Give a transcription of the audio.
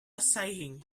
sighing